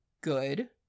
good